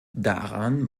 daran